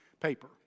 paper